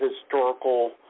historical